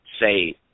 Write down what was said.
say